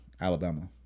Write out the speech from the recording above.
Alabama